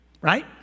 right